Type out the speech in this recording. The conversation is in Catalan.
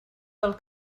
del